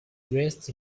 dressed